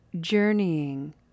journeying